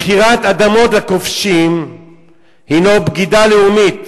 מכירת אדמות לכובשים הינה בגידה לאומית,